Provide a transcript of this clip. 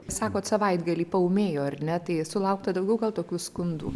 sakot savaitgalį paūmėjo ar ne tai sulaukta daugiau gal tokių skundų